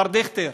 מר דיכטר,